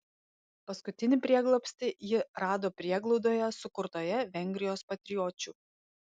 paskutinį prieglobstį ji rado prieglaudoje sukurtoje vengrijos patriočių